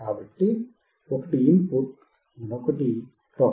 కాబట్టి ఒకటి input మరొకటి గ్రౌండ్